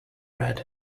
red